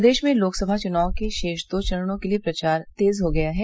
प्रदेश में लोकसभा चुनाव के शेष दो चरणों के लिये प्रचार तेज हो गया है